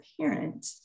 parent